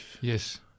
Yes